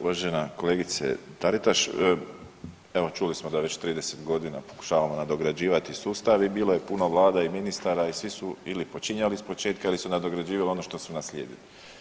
Uvažena kolegice Taritaš, evo čuli smo da već 30.g. pokušavamo nadograđivati sustav i bilo je puno vlada i ministara i svi su ili počinjali ispočetka ili su nadograđivali ono što su naslijedili.